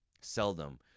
seldom